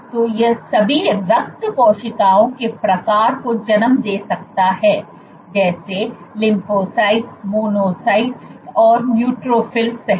तो यह सभी रक्त कोशिका के प्रकारों को जन्म दे सकता है जैसे लिम्फोसाइट मोनोसाइट और न्यूट्रोफिल सहित